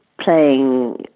playing